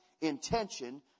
intention